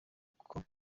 ako